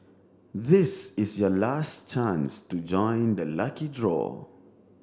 this is your last chance to join the lucky draw